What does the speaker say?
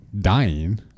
dying